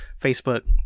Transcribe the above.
Facebook